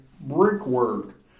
brickwork